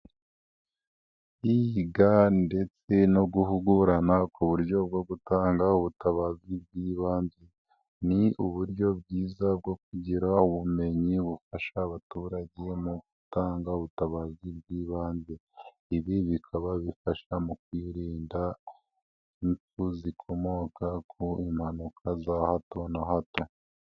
Kwiga ndetse no guhugurana ku buryo bwo gutanga ubutabazi bw'ibanze ni uburyo bwiza bwo kugira ubumenyi bufasha abaturage mu gutanga ubutabazi bw'ibanze, ibi bikaba bifasha mu kwirinda infu zikomoka ku mpanuka za hato na hato.